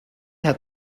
hat